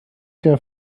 can